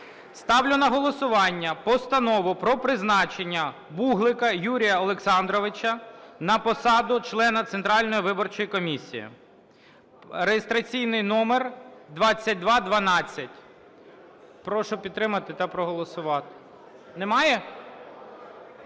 ставлю на голосування Постанову про призначення Греня Віталія Вячеславовича на посаду члена Центральної виборчої комісії (реєстраційний номер 2216). Прошу підтримати та проголосувати.